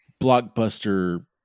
blockbuster